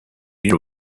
beer